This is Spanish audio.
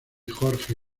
jorge